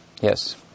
yes